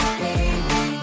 baby